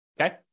okay